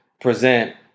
present